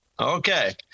Okay